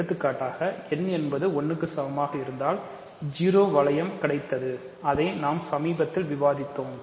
எடுத்துக்காட்டாக n என்பது 1 க்கு சமமாக இருந்தால் 0 வளையம் கிடைத்தது அதை நாம் சமீபத்தில் விவாதித்தோம்